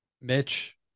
Mitch